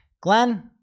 Glenn